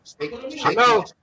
Hello